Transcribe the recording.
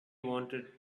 wanted